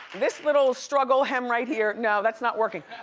this little struggle hem right here, no, that's not working.